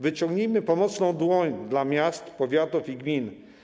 Wyciągnijmy pomocną dłoń do miast, powiatów i gmin.